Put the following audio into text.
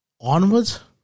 onwards